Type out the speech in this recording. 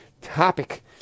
topic